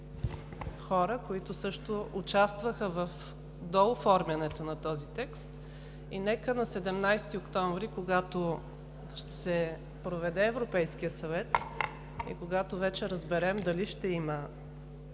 хора, които също участваха в дооформянето на този текст. Нека на 17 октомври, когато ще се проведе Европейският съвет и когато вече разберем дали ще има